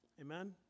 Amen